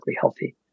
healthy